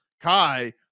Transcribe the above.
Kai